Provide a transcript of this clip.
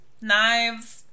knives